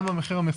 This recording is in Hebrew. גם במחיר המפוקח,